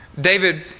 David